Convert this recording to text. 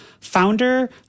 founder